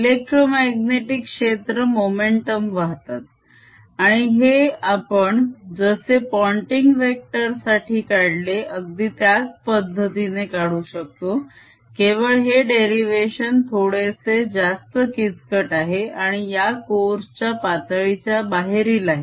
electromagnetic क्षेत्र momentum वाहतात आणि हे आपण जसे पोंटिंग वेक्टर साठी काढले अगदी त्याच पद्धतीने काढू शकतो केवळ हे डेरीवेशन थोडेसे जास्त किचकट आहे आणि या कोर्स च्या पातळीच्या बाहेरील आहे